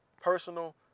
personal